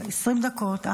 20 דקות.